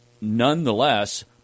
nonetheless